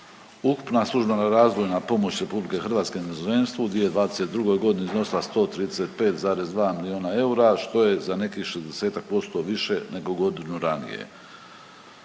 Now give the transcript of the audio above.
Ukupna službena razvojna pomoć RH inozemstvu u 2022. godini iznosila 135,2 milijuna eura, što je za nekih 60-ak % više nego godinu ranije.